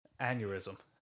aneurysm